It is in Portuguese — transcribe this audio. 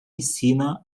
ensina